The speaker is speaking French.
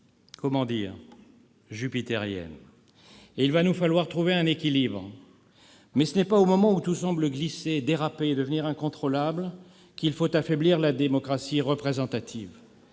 comment dire ? -jupitérienne. Et il va nous falloir trouver un équilibre. Mais ce n'est pas au moment où tout semble glisser, déraper, devenir incontrôlable, qu'il faut affaiblir la démocratie représentative.